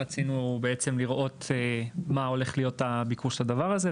רצינו בעצם לראות מה הולך להיות הביקוש לדבר הזה,